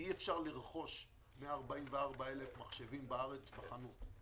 אי-אפשר לרכוש 144,000 מחשבים בארץ בחנות.